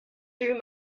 through